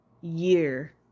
year